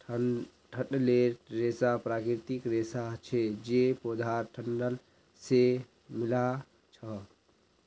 डंठलेर रेशा प्राकृतिक रेशा हछे जे पौधार डंठल से मिल्आ छअ